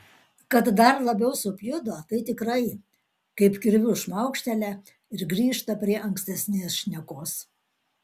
kad dar labiau supjudo tai tikrai kaip kirviu šmaukštelia ir grįžta prie ankstesnės šnekos